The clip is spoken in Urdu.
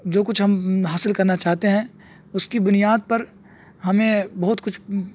جو کچھ ہم حاصل کرنا چاہتے ہیں اس کی بنیاد پر ہمیں بہت کچھ